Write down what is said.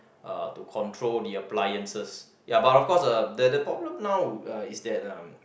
uh to control the appliances ya but of course uh the the problem now uh is that uh